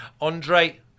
Andre